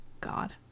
God